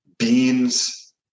beans